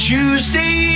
Tuesday